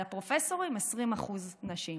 על הפרופסורים, 20% נשים.